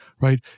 right